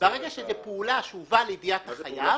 ברגע שזאת פעולה שהובאה לידיעת החייב,